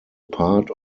part